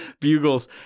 bugles